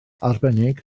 arbennig